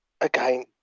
again